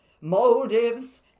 motives